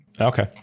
Okay